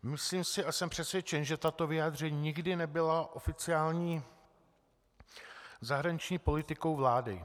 Myslím si a jsem přesvědčen, že tato vyjádření nikdy nebyla oficiální zahraniční politikou vlády.